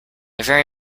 very